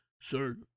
sir